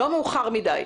לא מאוחר מידי.